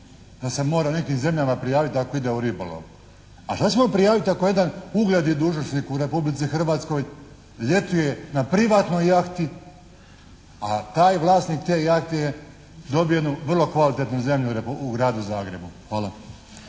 da se mora u nekim zemljama prijaviti da ako ide u ribolov. A šta ćemo prijaviti ako jedan ugledni dužnosnik u Republici Hrvatskoj ljetuje na privatnoj jahti, a taj vlasnik te jahte je dobio jednu vrlo kvalitetnu zemlju u Gradu Zagrebu. Hvala.